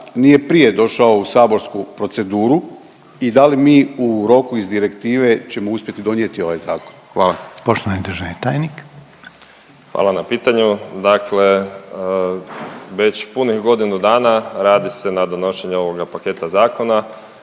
nije prije došao u saborsku proceduru i da li mi u roku iz direktive ćemo uspjeti donijeti ovaj zakon. Hvala. **Reiner, Željko (HDZ)** Hvala. Poštovani državni tajnik. **Zoričić, Davor** Hvala na pitanju. Dakle, već punih godinu dana radi se na donošenja ovog paketa zakona.